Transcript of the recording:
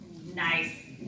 Nice